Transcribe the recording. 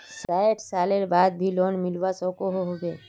सैट सालेर बाद भी लोन मिलवा सकोहो होबे?